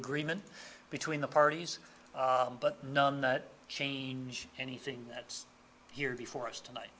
agreement between the parties but none change anything that's here before us tonight